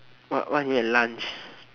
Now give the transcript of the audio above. what what he had lunch